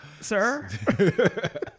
sir